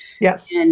Yes